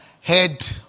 head